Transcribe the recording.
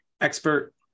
Expert